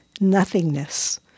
nothingness